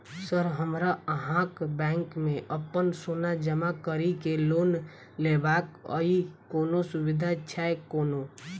Sir हमरा अहाँक bank मे अप्पन सोना जमा करि केँ लोन लेबाक अई कोनो सुविधा छैय कोनो?